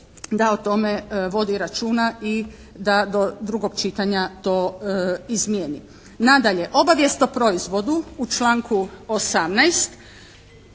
da o tome vodi računa i da do drugog čitanja to izmijeni. Nadalje obavijest o proizvodu u članku 18.